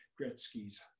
Gretzky's